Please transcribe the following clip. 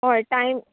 हय टायम